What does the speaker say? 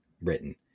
written